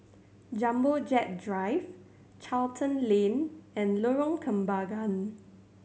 Jumbo Jet Drive Charlton Lane and Lorong Kembagan